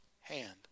hand